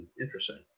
interesting